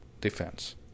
defense